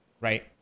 Right